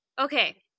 Okay